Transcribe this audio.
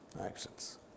Actions